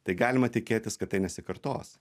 tai galima tikėtis kad tai nesikartos